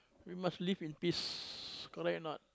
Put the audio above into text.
we must live in peace correct or not